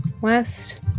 West